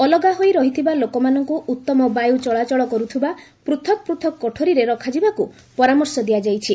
ଅଲଗା ହୋଇ ରହିଥିବା ଲୋକମାନଙ୍କୁ ଉତ୍ତମ ବାୟୁ ଚଳାଚଳ କରୁଥିବା ପୃଥକ ପୃଥକ କୋଠରୀରେ ରଖାଯିବାକୁ ପରାମର୍ଶ ଦିଆଯାଇଛି